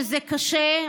זה קשה,